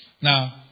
Now